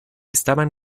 estaban